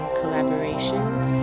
collaborations